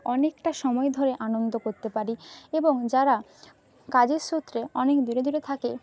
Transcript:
অনেকটা সময় ধরে আনন্দ করতে পারি এবং যারা কাজের সূত্রে অনেক দূরে দূরে থাকে